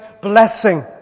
blessing